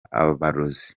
abarozi